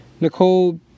Nicole